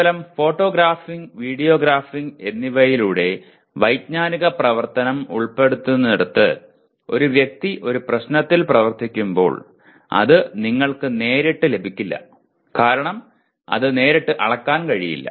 കേവലം photographing video graphing എന്നിവയിലൂടെ വൈജ്ഞാനിക പ്രവർത്തനം ഉൾപ്പെടുന്നിടത്ത് ഒരു വ്യക്തി ഒരു പ്രശ്നത്തിൽ പ്രവർത്തിക്കുമ്പോൾ അത് നിങ്ങൾക്ക് നേരിട്ട് ലഭിക്കില്ല കാരണം അത് നേരിട്ട് അളക്കാൻ കഴിയില്ല